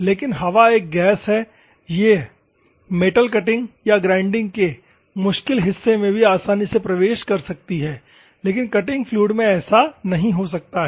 लेकिन हवा एक गैस है यह मेटल कटिंग या ग्राइंडिंग के मुश्किल हिस्से में भी आसानी से प्रवेश कर सकती है लेकिन कटिंग फ्लूइड में ऐसा नहीं हो सकता है